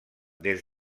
des